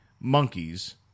monkeys